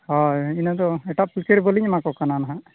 ᱦᱚᱭ ᱤᱱᱟᱹᱫᱚ ᱮᱴᱟᱜ ᱯᱟᱹᱭᱠᱟᱹᱨᱤ ᱵᱟᱹᱞᱤᱧ ᱮᱢᱟᱠᱚ ᱠᱟᱱᱟ ᱱᱟᱦᱟᱜ